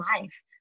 life